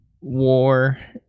war